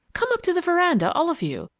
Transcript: come up to the veranda, all of you,